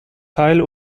teil